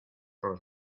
los